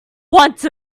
want